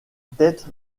tête